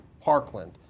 Parkland